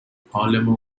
حالمون